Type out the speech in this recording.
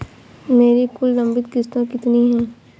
मेरी कुल लंबित किश्तों कितनी हैं?